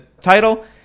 title